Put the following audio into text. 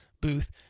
booth